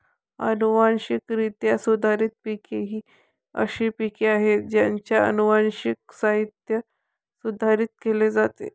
अनुवांशिकरित्या सुधारित पिके ही अशी पिके आहेत ज्यांचे अनुवांशिक साहित्य सुधारित केले जाते